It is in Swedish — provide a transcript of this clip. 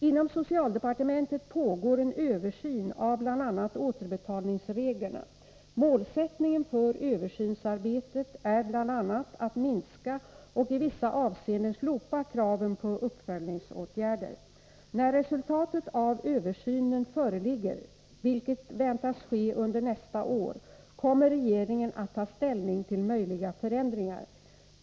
Inom socialdepartementet pågår en översyn av bl.a. återbetalningsreglerna. Målsättningen för översynsarbetet är bl.a. att minska och i vissa avseenden slopa kraven på uppföljningsåtgärder. När resultatet av översynen föreligger — vilket väntas ske under nästa år — kommer regeringen att ta ställning till möjliga förändringar.